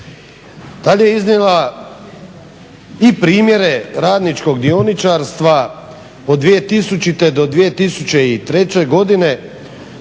Dalje je iznijela i primjere radničkog dioničarstva od 2000. do 2003. godine